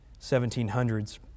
1700s